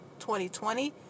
2020